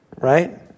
right